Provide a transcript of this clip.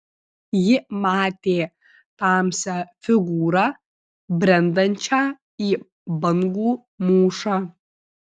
ji matė tamsią figūrą brendančią į bangų mūšą